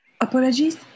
Apologies